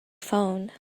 phone